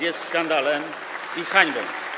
Jest skandalem i hańbą.